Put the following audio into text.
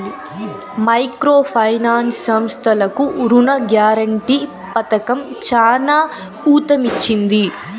micro finance సంస్థలకు రుణ guarantee పథకం చానా ఊతమిచ్చింది